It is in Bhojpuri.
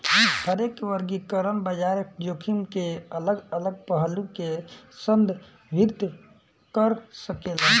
हरेक वर्गीकरण बाजार जोखिम के अलग अलग पहलू के संदर्भित कर सकेला